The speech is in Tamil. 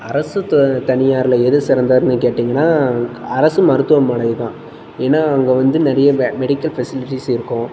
அரசு த தனியாரில் எது சிறந்தார்னு கேட்டீங்கன்னா அரசு மருத்துவமனை தான் ஏன்னா அங்கே வந்து நிறைய மெ மெடிக்கல் ஃபெசிலிட்டிஸ் இருக்கும்